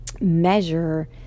measure